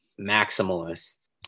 maximalists